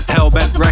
Hellbent